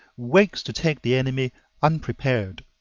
waits to take the enemy unprepared.